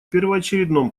первоочередном